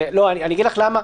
אגיד לך למה.